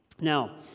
Now